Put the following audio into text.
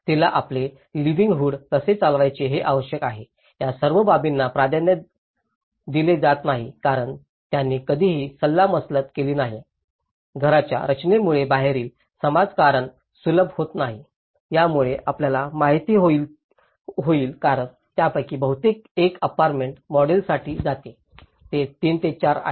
तिला आपले लाविलींहूड कसे चालवायचे हे आवश्यक आहे या सर्व बाबींना प्राधान्य दिले जात नाही कारण त्यांनी कधीही सल्लामसलत केली नाही घरांच्या रचनेमुळे बाहेरील समाजकारण सुलभ होत नाही ज्यामुळे आपल्याला माहित होईल कारण यापैकी बहुतेक एक अपार्टमेंट मॉडेलसाठी जाते जे तीन ते चार आहे